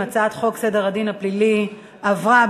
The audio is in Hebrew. ההצעה להעביר את הצעת חוק סדר הדין הפלילי (תיקון מס' 62,